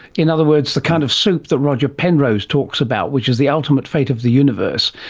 in other words, the kind of soup that roger penrose talks about which is the ultimate fate of the universe,